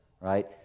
right